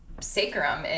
sacrum